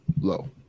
low